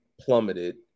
plummeted